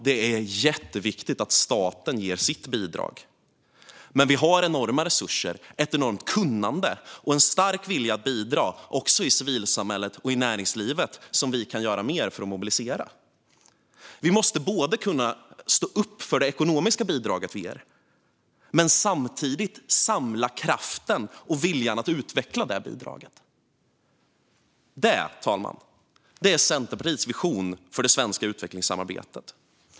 Det är jätteviktigt att staten ger sitt bidrag, men vi har också i civilsamhället och näringslivet enorma resurser, ett enormt kunnande och en stark vilja att bidra. Vi kan göra mer för att mobilisera dem. Vi måste både kunna stå upp för det ekonomiska bidrag som vi ger och samtidigt samla kraften och viljan att utveckla detta bidrag. Detta, fru talman, är Centerpartiets vision för det svenska utvecklingssamarbetet.